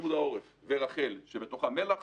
פיקוד העורף ורח"ל, שבתוכה מל"ח